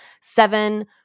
seven